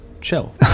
chill